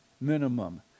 minimum